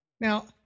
Now